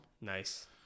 Nice